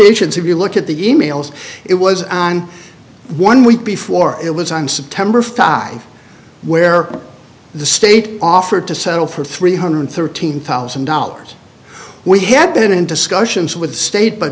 ations if you look at the emails it was on one week before it was i'm supposed to where the state offered to settle for three hundred thirteen thousand dollars we had been in discussions with the state but